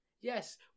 Yes